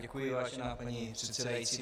Děkuji, vážená paní předsedající.